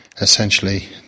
essentially